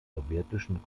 sowjetischen